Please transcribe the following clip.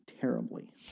terribly